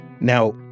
Now